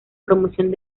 promoción